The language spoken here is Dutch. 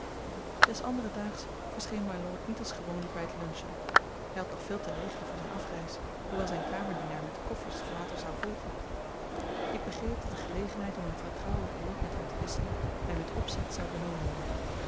des anderen daags verscheen mylord niet als gewoonlijk bij het luncheon hij had nog veel te regelen voor zijn afreis hoewel zijn kamerdienaar met de koffers later zou volgen ik begreep dat de gelegenheid om een vertrouwelijk woord met hem te wisselen mij met opzet zou benomen worden